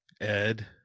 Ed